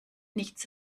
nichts